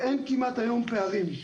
ואין כמעט היום פערים.